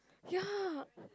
ya